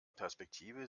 perspektive